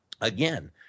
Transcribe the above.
Again